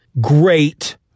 great